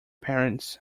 parents